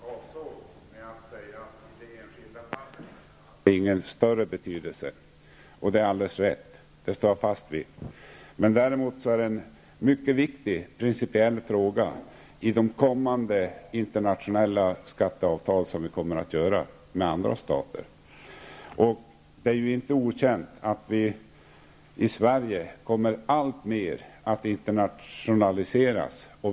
Herr talman! Jag avsåg att det inte har någon större betydelse i det enskilda fallet. Det är helt rätt, och det står jag fast vid. Däremot är det en mycket viktig principiell fråga i de kommande internationella skatteavtal som vi kommer att upprätta med andra stater. Det är inte okänt att vi i Sverige alltmer kommer att internationaliseras.